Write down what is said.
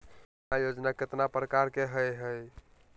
बीमा योजना केतना प्रकार के हई हई?